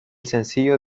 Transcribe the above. sencillo